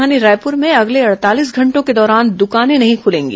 राजधानी रायपुर में अगले अड़तालीस घंटों के दौरान दुकानें नहीं खुलेंगी